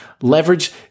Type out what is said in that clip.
leverage